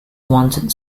wanted